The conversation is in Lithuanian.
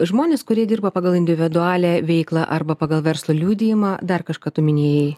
žmonės kurie dirba pagal individualią veiklą arba pagal verslo liudijimą dar kažką tu minėjai